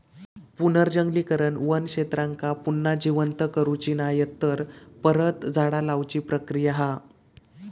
पुनर्जंगलीकरण वन क्षेत्रांका पुन्हा जिवंत करुची नायतर परत झाडा लाऊची प्रक्रिया हा